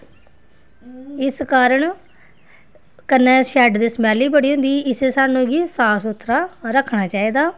इस कारण कन्नै शैड दे स्मैल्ल बी बड़ी होंदी इसी सानूं बी साफ सुथरा रक्खना चाहिदा